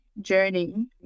journey